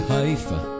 Haifa